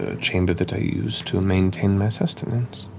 ah chamber that i use to maintain my sustenance.